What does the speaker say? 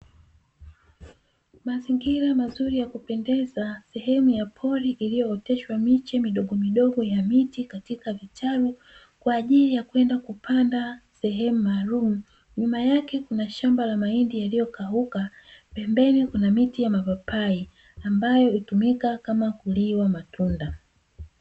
Mazingira mazuri ya kupendeza, sehemu ya poli iliyooteshwa miche midogo midogo ya mitikatika vitalu, kwa ajili ya kwenda kupandwa sehemu maalumu. Nyuma yake kuna shamba la mahindi yaliyokauka, pembeni kuna miti ya mapapai ambayo hutumika kama kuliwa matunda.